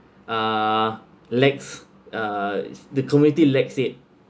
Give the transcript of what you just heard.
uh lacks uh the community lacks it